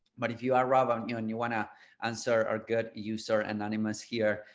but if you are robert, you and you want to answer our good user anonymous here,